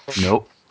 Nope